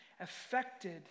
affected